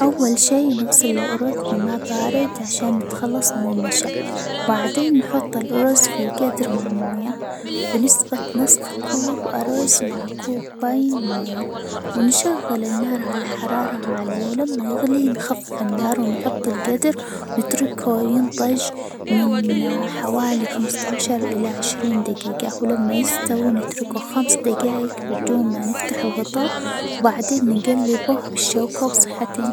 أول شي نغسل الرز بماء بارد عشان نتخلص من النشا، وبعدين نحط الرز في جدر مع موية، ونسبة نصف كوب أرز مع كوبين موية، ونشغل النار على حرارة عالية، ولما يغلي نخفف النار، ونغطي الجدر، ونتركه ينضج من حوالي خمسة عشر إلى عشرين دجيجة، ولما يستوي نتركه خمس دجايج بدون ما نفتح الغطا، وبعدين نجلبه بالشوكة وصحتين.